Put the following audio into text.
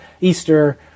Easter